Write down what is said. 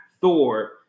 Thor